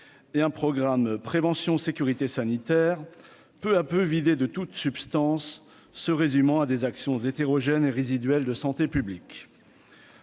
et un programme, prévention, sécurité sanitaire, peu à peu vidé de toute substance se résumant à des actions hétérogène et résiduelle de santé publique,